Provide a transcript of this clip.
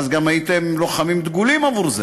אז גם הייתם לוחמים דגולים עבור זה,